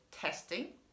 testing